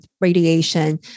radiation